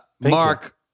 Mark